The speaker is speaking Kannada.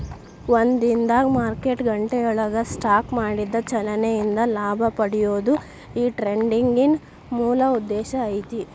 ಒಂದ ದಿನದಾಗ್ ಮಾರ್ಕೆಟ್ ಗಂಟೆಯೊಳಗ ಸ್ಟಾಕ್ ಮಾಡಿದ ಚಲನೆ ಇಂದ ಲಾಭ ಪಡೆಯೊದು ಈ ಡೆ ಟ್ರೆಡಿಂಗಿನ್ ಮೂಲ ಉದ್ದೇಶ ಐತಿ